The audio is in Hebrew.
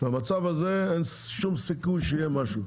במצב הזה אין שום סיכוי שיהיה משהו.